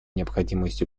необходимость